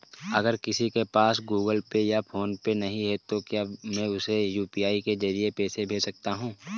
अगर किसी के पास गूगल पे या फोनपे नहीं है तो क्या मैं उसे यू.पी.आई के ज़रिए पैसे भेज सकता हूं?